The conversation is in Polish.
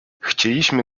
chcieliśmy